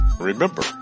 remember